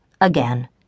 again